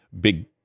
Big